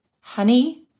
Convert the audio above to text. Honey